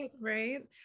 right